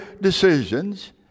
decisions